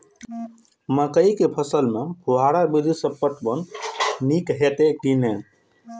मकई के फसल में फुहारा विधि स पटवन नीक हेतै की नै?